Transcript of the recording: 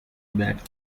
bat